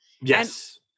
Yes